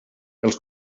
els